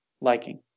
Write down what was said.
liking